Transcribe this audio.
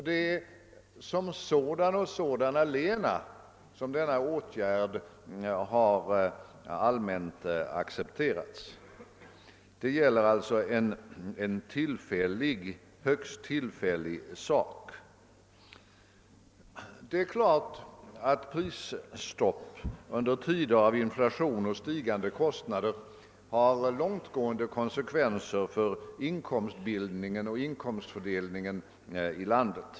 Det är som sådan förberedelse — och sådan allena — som denna åtgärd har allmänt accepterats; det gäller alltså en högst tillfällig sak. Det är klart att prisstopp under tider av inflation och stigande kostnader har långtgående konsekvenser för inkomstbildningen och inkomstfördelningen i landet.